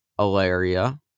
Alaria